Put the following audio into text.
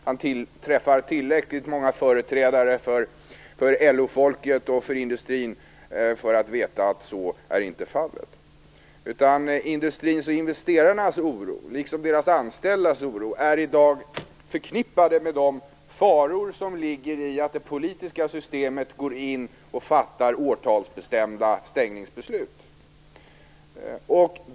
Han träffar tillräckligt många företrädare för LO-folket och för industrin för att veta att så inte är fallet. Industrins och investerarnas oro är liksom deras anställdas oro i dag förknippad med de faror som ligger i att det politiska systemet går in och fattar årtalsbestämda stängningsbeslut.